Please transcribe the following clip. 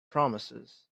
promises